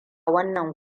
wannan